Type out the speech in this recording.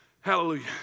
Hallelujah